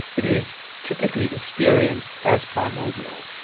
it is typically experienced as primordial,